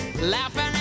Laughing